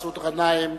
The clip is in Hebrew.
מסעוד גנאים,